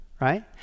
right